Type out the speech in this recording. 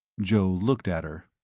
joe looked at her.